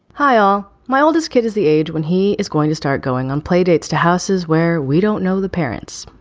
hile my oldest kid is the age when he is going to start going on playdates to houses where we don't know the parents.